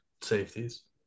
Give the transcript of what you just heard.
safeties